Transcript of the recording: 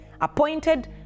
appointed